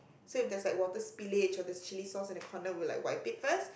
so if there's like water spillage or there's chilli sauce at the corner we'll wipe it first